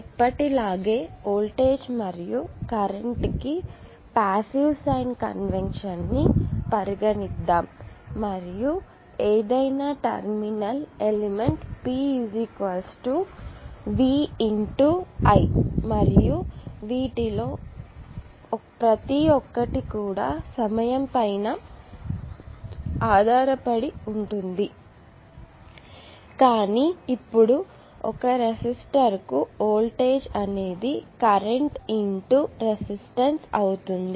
ఎప్పటిలాగే వోల్టేజ్ మరియు కరెంట్ కి పాసివ్ సైన్ కన్వెన్షన్ ని పరిగణిద్దాము మరియు ఏదైనా రెండు terminal element P V I మరియు వీటిలో ప్రతి ఒక్కటి కూడా సమయం మీద ఆధారపడి ఉంటుంది కానీ ఇప్పుడు ఒక రెసిస్టర్కు వోల్టేజ్ అనేది కరెంట్రెసిస్టెన్స్ అవుతుంది